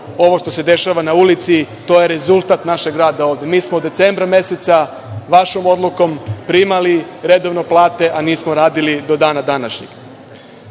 ovo što se dešava na ulici, to je rezultat našeg rada ovde. Mi smo od decembra meseca, vašom odlukom, primali redovno plate, a nismo radili do dana današnjeg. Što